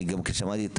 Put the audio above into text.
אני גם שמעתי את